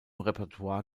repertoire